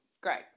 great